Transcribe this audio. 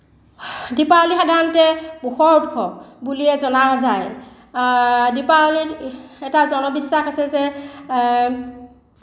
দীপাৱলী সাধাৰণতে পোহৰৰ উৎসৱ বুলিয়ে জনা যায় দীপাৱলীত এটা জনবিশ্বাস আছে যে